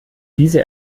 diese